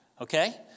Okay